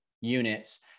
units